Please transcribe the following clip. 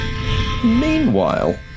Meanwhile